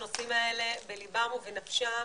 הנושאים האלה בליבם ובנפשם,